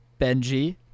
Benji